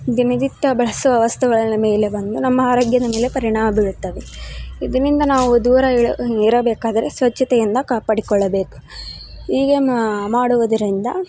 ದಿನನಿತ್ಯ ಬಳಸುವ ವಸ್ತುಗಳ ಮೇಲೆ ಬಂದು ನಮ್ಮ ಆರೋಗ್ಯದ ಮೇಲೆ ಪರಿಣಾಮ ಬೀರುತ್ತವೆ ಇದರ್ನಿಂದ ನಾವು ದೂರವಿರ ಇರಬೇಕಾದರೆ ಸ್ವಚ್ಛತೆಯನ್ನ ಕಾಪಾಡಿಕೊಳ್ಳಬೇಕು ಹೀಗೆ ಮಾಡುವುದರಿಂದ